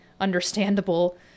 understandable